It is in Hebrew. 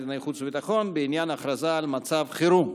לענייני חוץ וביטחון בעניין הכרזה על מצב חירום.